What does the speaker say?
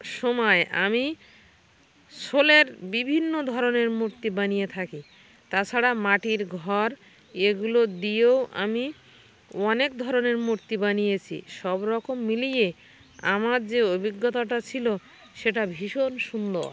সময় আমি শোলার বিভিন্ন ধরনের মূর্তি বানিয়ে থাকি তাছাড়া মাটির ঘর এগুলো দিয়েও আমি অনেক ধরনের মূর্তি বানিয়েছি সব রকম মিলিয়ে আমার যে অভিজ্ঞতাটা ছিলো সেটা ভীষণ সুন্দর